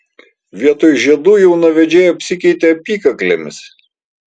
vietoj žiedų jaunavedžiai apsikeitė apykaklėmis